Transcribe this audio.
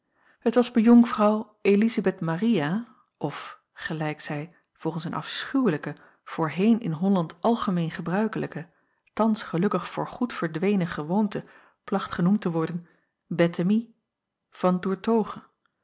het was mejonkvrouw elizabeth maria of gelijk zij volgens een afschuwelijke voorheen in holland algemeen gebruikelijke thans gelukkig voor goed verdwenen gewoonte placht genoemd te worden bettemie van